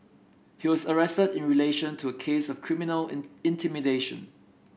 he was arrested in relation to a case of criminal in intimidation